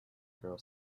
girl